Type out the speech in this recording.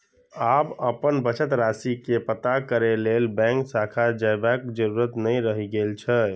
आब अपन बचत राशि के पता करै लेल बैंक शाखा जयबाक जरूरत नै रहि गेल छै